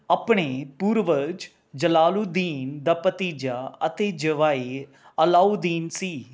ਆਪਣੇ ਪੂਰਵਜ ਜਲਾਲੂਦੀਨ ਦਾ ਭਤੀਜਾ ਅਤੇ ਜਵਾਈ ਅਲਾਊਦੀਨ ਸੀ